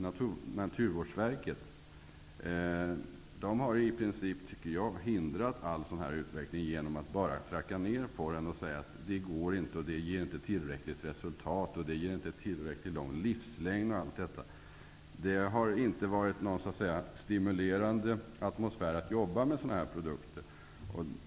Jag tycker att man där i princip har hindrat all sådan utveckling genom att bara tracka ned på den och säga att det inte går, att den inte ger tillräckligt resultat eller att den inte har tillräckligt lång livslängd. Det har inte varit någon stimulerande atmosfär för att jobba med sådana produkter.